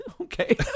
Okay